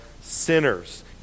sinners